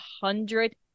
hundred